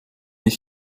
ich